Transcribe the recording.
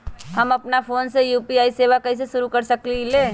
अपना फ़ोन मे यू.पी.आई सेवा कईसे शुरू कर सकीले?